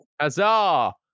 Huzzah